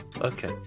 Okay